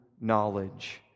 knowledge